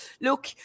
look